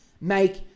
make